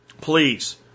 Please